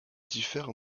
diffèrent